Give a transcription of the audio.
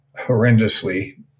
horrendously